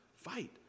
fight